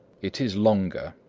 it is longer.